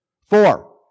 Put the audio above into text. Four